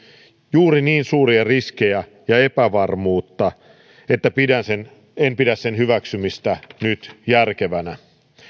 juuri niin suuria riskejä ja epävarmuutta että en pidä sen hyväksymistä nyt järkevänä